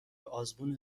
آزمون